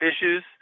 issues